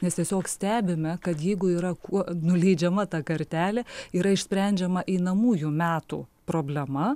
nes tiesiog stebime kad jeigu yra kuo nuleidžiama ta kartelė yra išsprendžiama einamųjų metų problema